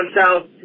south